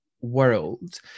world